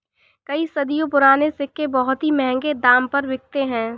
कई सदियों पुराने सिक्के बहुत ही महंगे दाम पर बिकते है